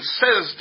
says